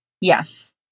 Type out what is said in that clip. yes